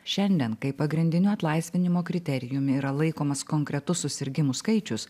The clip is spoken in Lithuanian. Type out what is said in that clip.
šiandien kai pagrindiniu atlaisvinimo kriterijumi yra laikomas konkretus susirgimų skaičius